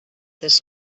this